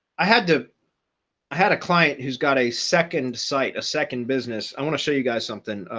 i had to i had a client who's got a second sight a second business. i want to show you guys something.